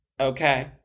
okay